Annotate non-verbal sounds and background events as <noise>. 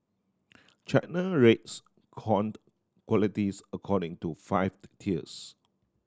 China rates corn <unintelligible> qualities according to five tiers